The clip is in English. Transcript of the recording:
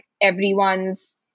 everyone's